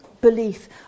belief